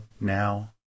now